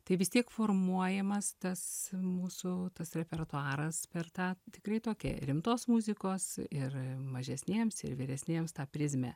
tai vis tiek formuojamas tas mūsų tas repertuaras per tą tikrai tokią rimtos muzikos ir mažesniems ir vyresniems tą prizmę